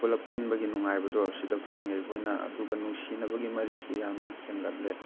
ꯄꯨꯜꯂꯞ ꯄꯨꯟꯕꯒꯤ ꯅꯨꯡꯉꯥꯏꯕꯗꯣ ꯁꯤꯗ ꯐꯪꯉꯤ ꯑꯩꯈꯣꯏꯅ ꯑꯗꯨꯒ ꯅꯨꯡꯁꯤꯅꯕꯒꯤ ꯃꯔꯤꯁꯨ ꯌꯥꯝꯅ ꯍꯦꯟꯒꯠꯂꯦ